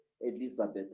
Elizabeth